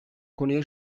konuya